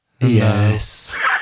Yes